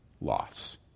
loss